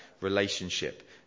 relationship